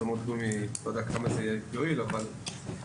אני לא יודע כמה זה יועיל, אבל בסדר.